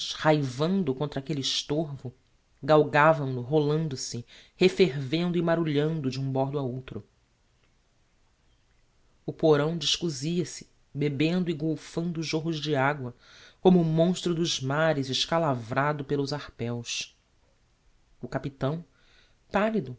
raivando contra aquelle estorvo galgavam no rolando se refervendo e marulhando de um bordo a outro o porão descosia se bebendo e golfando jorros de agua como o monstro dos mares escalavrado pelos arpéos o capitão pallido